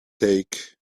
take